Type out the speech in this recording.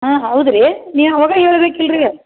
ಹಾಂ ಹೌದು ರೀ ನೀವು ಆವಾಗ ಹೇಳ್ಬೇಕು ಇಲ್ರಿ